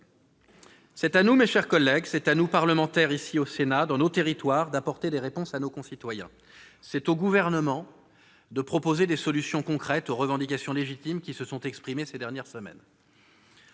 C'est à nous, mes chers collègues, c'est à nous parlementaires, ici au Sénat et dans nos territoires, d'apporter des réponses à nos concitoyens. C'est au Gouvernement de proposer des solutions concrètes aux revendications légitimes qui se sont exprimées ces dernières semaines.